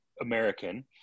American